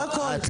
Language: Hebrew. זה הכול.